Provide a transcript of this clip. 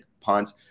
punt